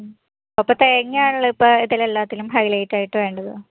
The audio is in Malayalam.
അപ്പം തേങ്ങാ ഉള്ള ഇപ്പം ഇതിലെല്ലാത്തിലും ഹൈലൈറ്റായിട്ട് വേണ്ടത്